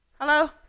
Hello